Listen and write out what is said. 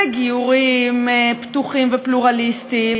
לגיורים פתוחים ופלורליסטיים,